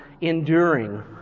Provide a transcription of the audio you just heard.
enduring